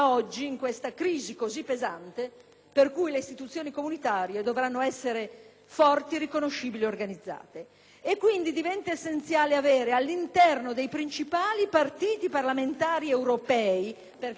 Quindi, diventa essenziale avere, all'interno dei principali partiti parlamentari europei (perché sono partiti parlamentari), influenti rappresentanze nazionali.